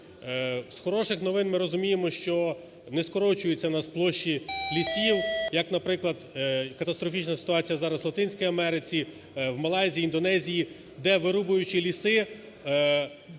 З хороших новин ми розуміємо, що не скорочуються в нас площі лісів, як, наприклад, катастрофічна ситуація зараз в Латинській Америці, в Малайзії, Індонезії, де, вирубуючи ліси,